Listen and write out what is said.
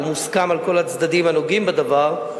והוא מוסכם על כל הצדדים הנוגעים בדבר,